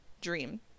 Dream